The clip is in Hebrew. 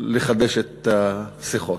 לחדש את השיחות.